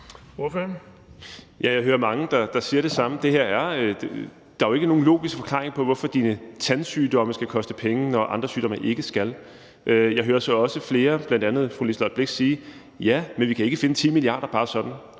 jeg hører mange, der siger det samme. Der er jo ikke nogen logisk forklaring på, hvorfor dine tandsygdomme skal koste penge, når andre sygdomme ikke skal. Jeg hører så også flere, bl.a. fru Liselott Blixt, sige: Ja, men vi kan ikke bare sådan